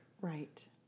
Right